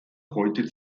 heute